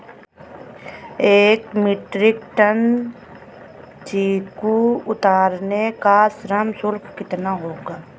एक metric tonne चीकू उतारने का श्रम शुल्क कितना होगा?